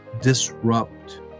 disrupt